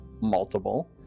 multiple